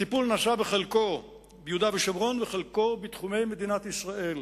הטיפול נעשה בחלקו ביהודה ושומרון וחלקו בתחומי מדינת ישראל.